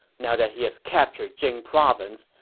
now that he has captured jing province,